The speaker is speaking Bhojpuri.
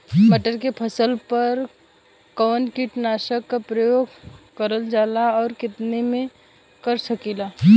मटर के फसल पर कवन कीटनाशक क प्रयोग करल जाला और कितना में कर सकीला?